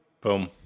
Boom